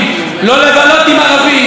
לא לבלות עם ערבים,